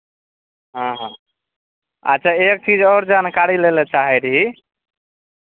हँ हँ अच्छा एक चीज आओर जानकारी लै लेल चाहैत रही